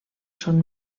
són